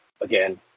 again